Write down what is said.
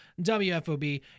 WFOB